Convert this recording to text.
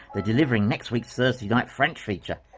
they're delivering next week's thursday night french feature.